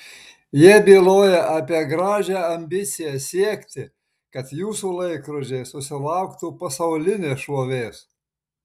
jie byloja apie gražią ambiciją siekti kad jūsų laikrodžiai susilauktų pasaulinės šlovės